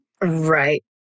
Right